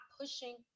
pushing